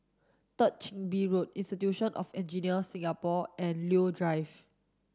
Third Chin Bee Road Institute of Engineers Singapore and Leo Drive